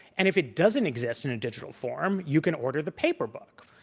and if it doesn't exist in a digital form, you can order the paper book,